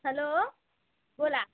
hello बोला